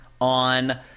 on